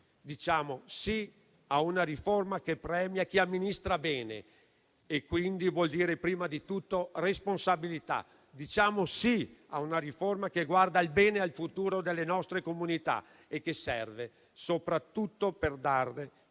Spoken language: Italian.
Diciamo sì a una riforma che premia chi amministra bene e quindi vuol dire prima di tutto responsabilità. Diciamo sì a una riforma che guarda al bene e al futuro delle nostre comunità e che serve soprattutto per dare più